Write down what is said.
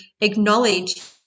acknowledge